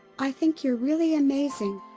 i think you're really amazing.